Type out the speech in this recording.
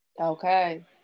okay